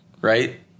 right